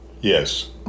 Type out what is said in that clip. Yes